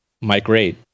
migrate